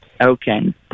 Okay